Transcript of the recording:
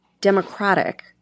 democratic